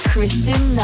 Kristen